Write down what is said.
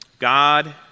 God